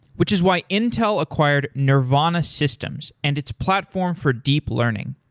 which is why intel acquired nervana systems and its platform for deep learning.